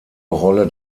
rolle